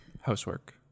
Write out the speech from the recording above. housework